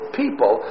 people